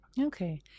Okay